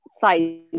size